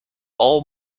all